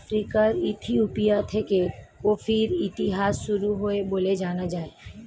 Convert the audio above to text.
আফ্রিকার ইথিওপিয়া থেকে কফির ইতিহাস শুরু হয় বলে জানা যায়